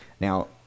Now